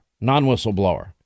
non-whistleblower